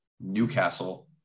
Newcastle